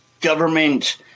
government